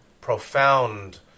profound